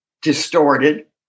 distorted